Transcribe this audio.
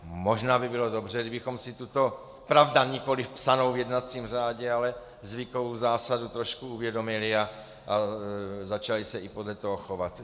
Možná by bylo dobře, kdybychom si tuto pravda, nikoliv psanou v jednacím řádě zvykovou zásadu trošku uvědomili a začali se podle toho chovat.